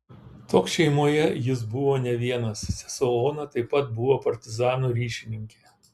toks šeimoje jis buvo ne vienas sesuo ona taip pat buvo partizanų ryšininkė